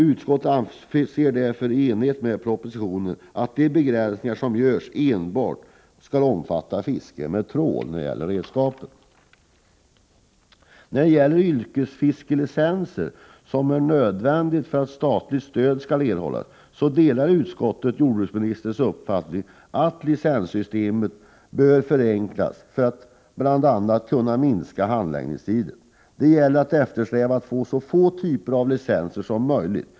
Utskottet anser därför, i enlighet med vad som sägs i propositionen, att de begränsningar som görs enbart skall omfatta fiske med trål. Beträffande yrkesfiskelicenserna, som är nödvändiga för att statligt stöd skall erhållas, vill jag säga att utskottet delar jordbruksministerns uppfatt ning att licenssystemet bör förenklas bl.a. för att handläggningstiderna skall kunna förkortas. Det gäller att ha så få typer av licenser som möjligt.